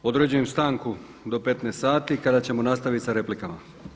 Određujem stanku do 15 sati kada ćemo nastaviti sa replikama.